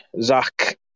Zach